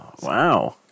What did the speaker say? Wow